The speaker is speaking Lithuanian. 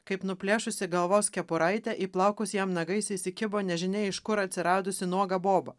kaip nuplėšusi galvos kepuraitę į plaukus jam nagais įsikibo nežinia iš kur atsiradusi nuoga boba